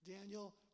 Daniel